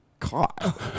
Caught